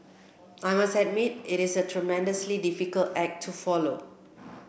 I must admit it is a tremendously difficult act to follow